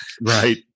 Right